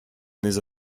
nés